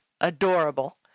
adorable